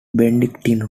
benedictine